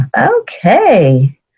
Okay